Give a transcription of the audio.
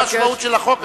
זו המשמעות של הצעת החוק.